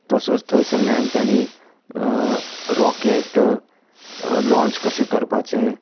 तसोच थंयसल्ल्यान ताणी रोकॅट लौंच कशें करपाचें